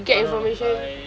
no no no I